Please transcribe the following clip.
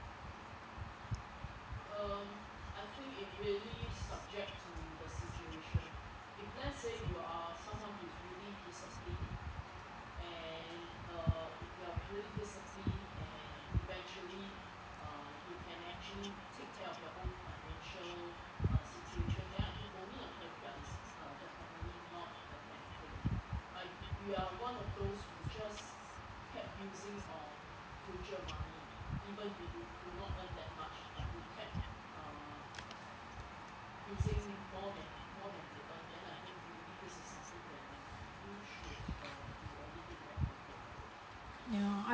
ya I